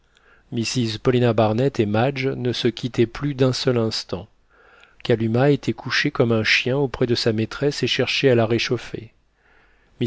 mrs paulina barnett et madge ne se quittaient plus d'un seul instant kalumah était couchée comme un chien auprès de sa maîtresse et cherchait à la réchauffer